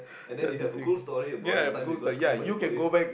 and then you have a cool story about the time you got screened by the police